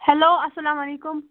hello اسلام علیکُم